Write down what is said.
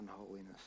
unholiness